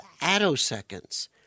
attoseconds